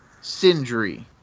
Sindri